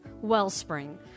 wellspring